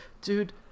Dude